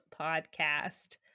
podcast